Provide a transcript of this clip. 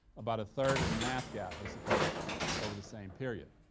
about a third of the math gap disappeared over the same period.